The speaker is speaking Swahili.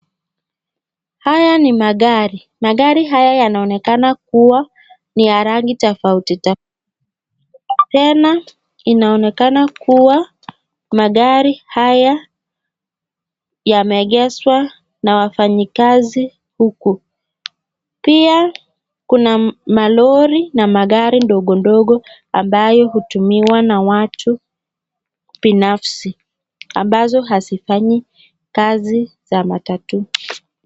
Haya ni magari, magari haya yanaonekana kuwa ni ya rangi tofauti tofauti. Tena inaonekana kuwa magari haya yameegeshwa na wafanyakazi huku. Pia kuna malori na magari ndogo ndogo ambayo hutumiwa na watu binafsi ambazo hazifanyi kazi za matat.